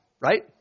Right